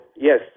yes